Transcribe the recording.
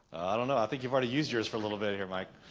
i don't know i think you've already used yours for a little bit here mike